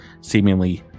seemingly